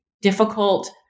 difficult